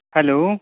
hello